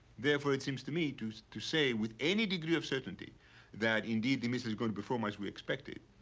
therefore, it seems to me to to say with any degree of certainty that indeed the missile is going to perform as we expected,